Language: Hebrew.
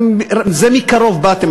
זה מקרוב באתם,